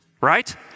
right